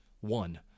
One